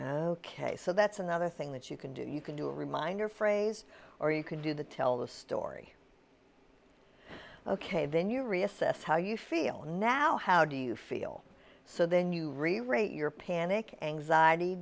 ok so that's another thing that you can do you can do a reminder phrase or you can do the tell the story ok then you reassess how you feel now how do you feel so then you really rate your panic anxiety